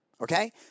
Okay